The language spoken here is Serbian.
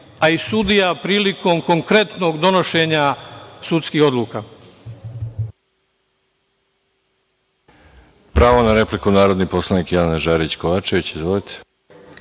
a i sudija prilikom konkretnog donošenja sudskih odluka.